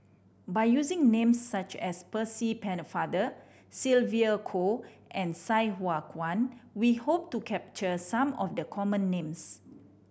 by using names such as Percy Pennefather Sylvia Kho and Sai Hua Kuan we hope to capture some of the common names